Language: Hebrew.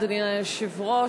אדוני היושב-ראש,